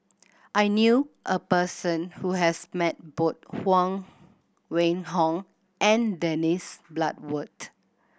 I knew a person who has met both Huang Wenhong and Dennis Bloodworth